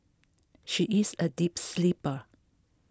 she is a deep sleeper